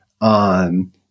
on